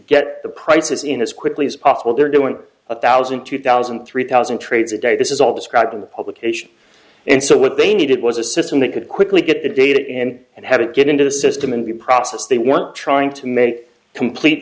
get the prices in as quickly as possible they're doing a thousand two thousand three thousand trades a day this is all described in the publication and so what they needed was a system that could quickly get the data in and have it get into the system and the process they want trying to make complete